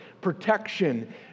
protection